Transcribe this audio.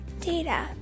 data